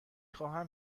خواهم